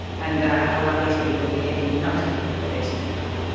and how are these people behaving not getting the basic income?